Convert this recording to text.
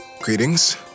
Greetings